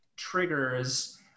Triggers